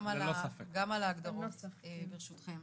גם על ההגדרות, ברשותכם.